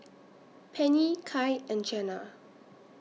Pennie Kai and Jenna